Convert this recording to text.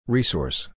Resource